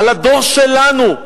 על הדור שלנו,